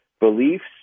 beliefs